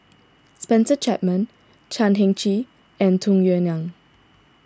Spencer Chapman Chan Heng Chee and Tung Yue Nang